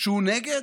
שהוא נגד?